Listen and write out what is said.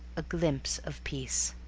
a glimpse of peace.